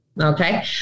Okay